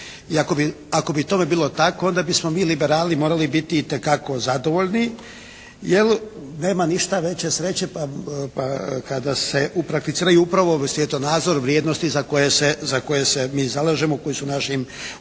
ako bi tome bilo tako onda bismo mi liberali morali biti itekako zadovoljni, jer nema ništa veće sreće kada se uprakticiraju upravo svjetonazor vrijednosti za koje se mi zalažemo, koji su u našim programima.